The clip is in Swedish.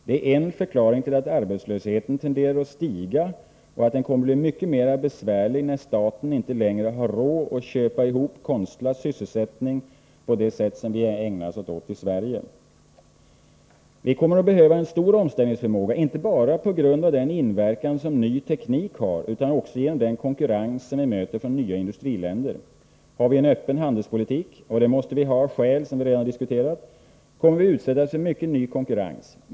Det är en förklaring till att arbetslösheten tenderar att stiga och att den kommer att bli mycket mera besvärlig när staten inte längre har råd att köpa, tillsammans med konstlad sysselsättning, på det sätt som vi ägnat oss åt i Sverige. Vi kommer att behöva stor omställningsförmåga inte bara på grund av den inverkan som ny teknik har utan också på grund av den konkurrens vi möter från nya industriländer. Har vi en öppen handelspolitik — och det måste vi ha av skäl som vi redan diskuterat — kommer vi att utsättas för mycken ny konkurrens.